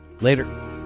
Later